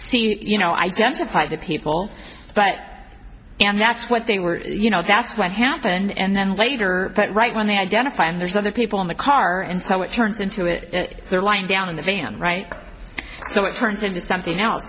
and you know identified the people but and that's what they were you know that's what happened and then later right when they identify and there's other people in the car and so it turns into it they're lying down in the van right so it turns into something else